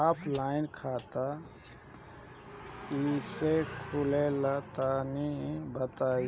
Offline खाता कइसे खुलेला तनि बताईं?